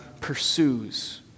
pursues